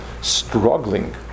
struggling